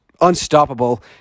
unstoppable